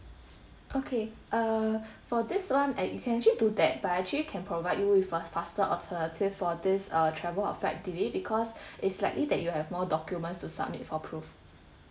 okay err for this one at you can actually do that but I actually can provide you with a faster alternative for this uh travel or flight delay because it's likely that you have more documents to submit for proof